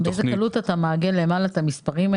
תכנית 19-41-03 מרכז ההסברה